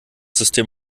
system